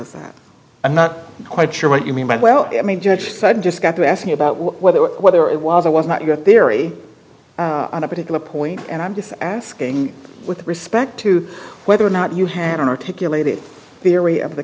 is that i'm not quite sure what you mean by well i mean judge so i just got to ask you about whether whether it was or was not your theory on a particular point and i'm just asking with respect to whether or not you had an articulated theory of the